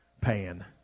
Pan